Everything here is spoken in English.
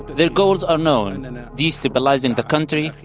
their goals are known destabilising the country,